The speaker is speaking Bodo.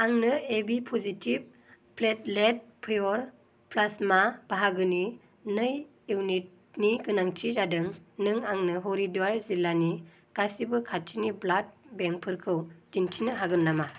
आंनो ए बि पसिटिभ प्लेटलेट पियर प्लास्मा बाहागोनि नै इउनिटनि गोनांथि जादों नों आंनो हरिद्वार जिल्लानि गासिबो खाथिनि ब्लाड बेंकफोरखौ दिन्थिनो हागोन नामा